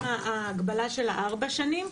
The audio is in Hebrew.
גם ההגבלה של ארבע שנים.